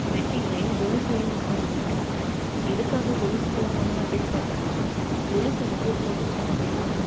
மெட்டிகளையும் கொலுசையும் வந்து அணிஞ்சிக்கிறாங்க எதுக்காக கொலுசு போட்டுறாங்க அப்படின்னு பார்த்தோம்னா கொலுசு வந்து போட்டுக்கிட்டோம் அப்படின்னா